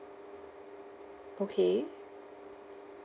okay